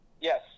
yes